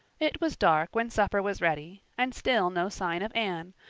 it was dark when supper was ready, and still no sign of anne,